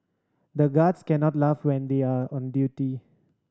the guards can't laugh when they are on duty